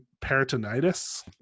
peritonitis